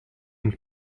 une